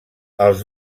els